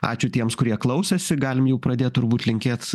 ačiū tiems kurie klausėsi galim jau pradėt turbūt linkėt